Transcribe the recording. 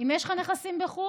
אם יש לך נכסים בחו"ל,